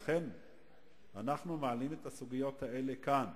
לכן אנחנו מעלים את הסוגיות האלה כאן,